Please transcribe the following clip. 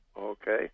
Okay